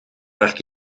werk